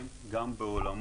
יש זכויות,